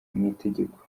itegeko